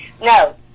no